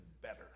better